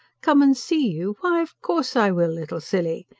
come and see you? why, of course i will, little silly!